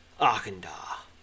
Arkandar